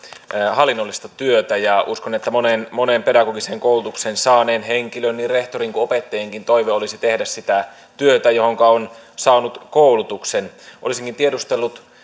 hallinnollista työtä ja uskon että monen monen pedagogisen koulutuksen saaneen henkilön niin rehtorien kuin opettajienkin toive olisi tehdä sitä työtä johonka on saanut koulutuksen olisinkin tiedustellut